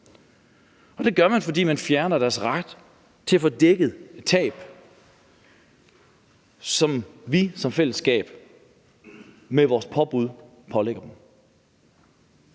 Det gør man, fordi man fjerner deres ret til at få dækket tab, som vi som fællesskab og med vores påbud pålægger dem